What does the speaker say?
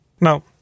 Now